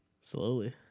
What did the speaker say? Slowly